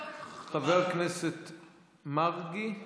חבר הכנסת מרגי,